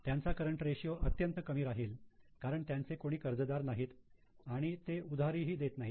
त्यांचा current ratio अत्यंत कमी राहील कारण त्यांचे कोणी कर्ज दार नाहीत आणि ते उधारी ही देत नाही